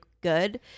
good